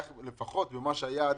בארץ.